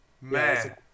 man